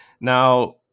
Now